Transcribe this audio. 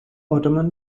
ottoman